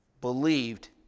believed